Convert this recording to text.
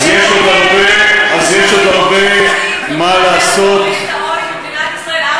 אז יש עוד הרבה מה לעשות, העוני במדינת ישראל.